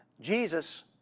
Jesus